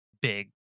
big